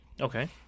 Okay